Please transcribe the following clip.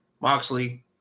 Moxley